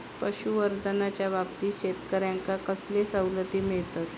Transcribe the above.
पशुसंवर्धनाच्याबाबतीत शेतकऱ्यांका कसले सवलती मिळतत?